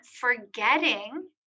forgetting